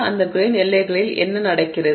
அந்த கிரெய்ன் எல்லைகளில் என்ன நடக்கிறது